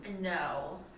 No